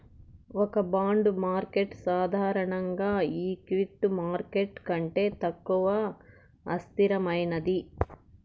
ఒక bond market సాధారణంగా equity market కంటే తక్కువ అస్థిరమైనది